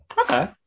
Okay